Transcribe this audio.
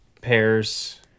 pears